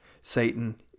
Satan